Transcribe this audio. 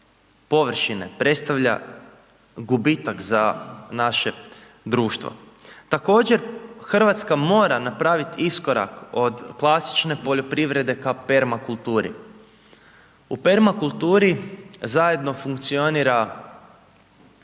predstavlja gubitak za naše društvo. Također Hrvatska mora napraviti iskorak od klasične poljoprivrede ka permakulturi. U permakulturi zajedno funkcioniraju